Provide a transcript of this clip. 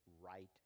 right